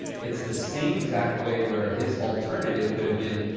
it's the same exact way where his alternative could have been,